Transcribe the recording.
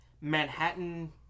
Manhattan